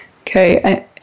Okay